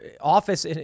office